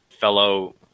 fellow